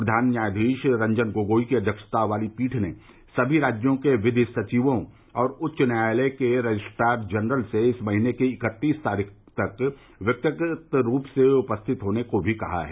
प्रधान न्यायाधीश रंजन गोगोई की अध्यक्षता वाली पीठ ने समी रार्ज्यो के विधि सचिवों और उच्च न्यायालयों के रजिस्ट्रार जनरल से इस महीने की इक्कतीस तरीख को व्यक्तिगत रूप से उपस्थित होने को भी कहा है